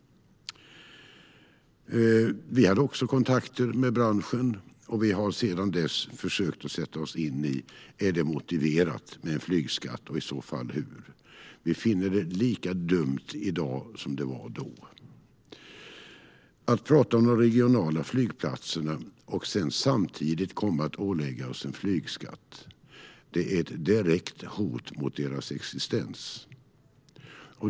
Vi hade också kontakter med branschen, och vi har sedan dess försökt sätta oss in i om det är motiverat med en flygskatt och i så fall hur. Vi finner det lika dumt i dag som vi gjorde då. Man talar om de regionala flygplatserna och vill samtidigt ålägga oss en flygskatt som är ett direkt hot mot flygplatsernas existens.